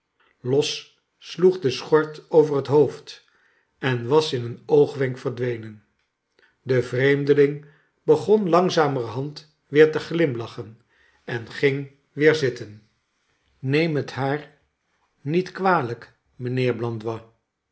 sloeg de schort over liet hoofd en was in een oogwenk verdwenen de vreenideling begon langzamerhand weer te glimlachen en ging weer zitten neem het haar niet kwalijk